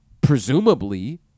Presumably